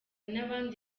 n’abandi